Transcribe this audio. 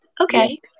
Okay